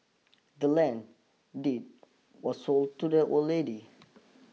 the land deed was sold to the old lady